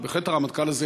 אבל בהחלט הרמטכ"ל הזה,